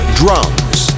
drums